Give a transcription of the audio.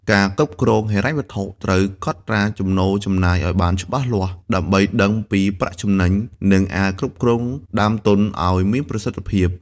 ការគ្រប់គ្រងហិរញ្ញវត្ថុ ត្រូវកត់ត្រាចំណូលចំណាយឱ្យបានច្បាស់លាស់ ដើម្បីដឹងពីប្រាក់ចំណេញ និងអាចគ្រប់គ្រងដើមទុនឱ្យមានប្រសិទ្ធភាព។